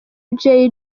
jay